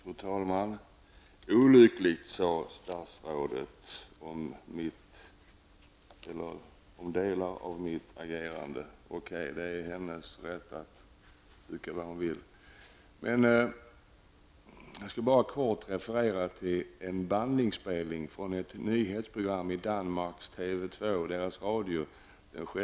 Fru talman! Olyckligt, sade statsrådet om delar av mitt agerande. Okej, hon har rätt att tycka vad hon vill. Jag vill kort referera till en bandinspelning från ett nyhetsprogram i Danmarks TV 2 från den 6 april i år.